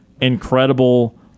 incredible